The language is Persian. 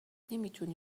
نمیتونی